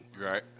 Right